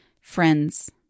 friends